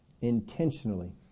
intentionally